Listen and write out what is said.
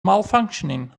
malfunctioning